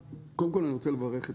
וקודם כל אני רוצה לברך אתכם,